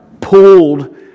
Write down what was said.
pulled